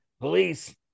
police